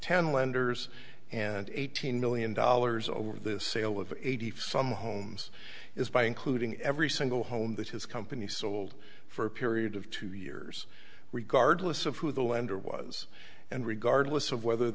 ten lenders and eighteen million dollars over the sale of eighty five some homes is by including every single home that his company sold for a period of two years regardless of who the lender was and regardless of whether